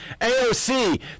AOC